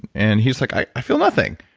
and he's like, i i feel nothing.